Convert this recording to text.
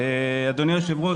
אדוני היושב-ראש,